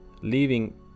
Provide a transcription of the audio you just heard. Leaving